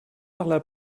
parla